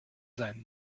sein